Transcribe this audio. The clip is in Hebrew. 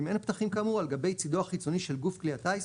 ואם אין פתחים כאמור - על גבי צדו החיצוני של גוף כלי הטיס,